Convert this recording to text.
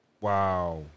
Wow